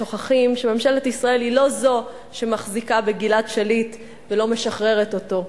שוכחים שממשלת ישראל היא לא זו שמחזיקה בגלעד שליט ולא משחררת אותו.